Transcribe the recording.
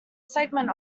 segment